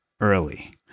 early